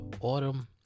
Autumn